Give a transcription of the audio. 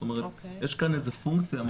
זאת אומרת יש כאן איזה פונקציה מאוד חשובה.